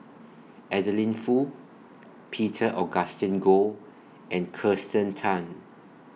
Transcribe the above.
Adeline Foo Peter Augustine Goh and Kirsten Tan